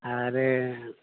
आरो